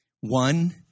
One